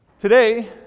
Today